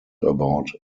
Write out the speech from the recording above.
about